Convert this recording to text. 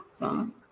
awesome